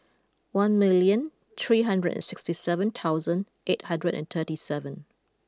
one million three hundred and sixty seven thousand eight hundred and thirty seven